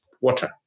water